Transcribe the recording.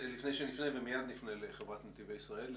מיד נפנה לחברת נתיבי ישראל.